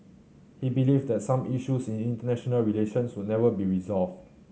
he believed that some issues in international relations would never be resolved